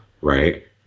right